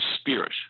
spirit